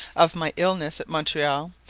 of my illness at montreal,